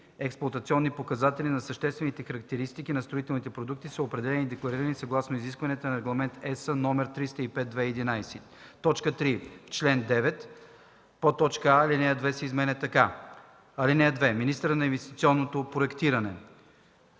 експлоатационните показатели на съществените характеристики на строителните продукти са определени и декларирани съгласно изискванията на Регламент (ЕС) № 305/2011.” 3. В чл. 9: а) алинея 2 се изменя така: „(2) Министърът на инвестиционното проектиране: